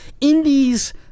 Indies